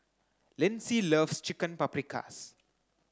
Lyndsey loves Chicken Paprikas